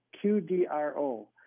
Q-D-R-O